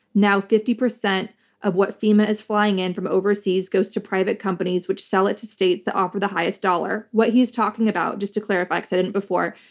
now, fifty percent of what fema is flying in from overseas goes to private companies, which sell it to states that offer the highest dollar. what he's talking about, just to clarify because i didn't before,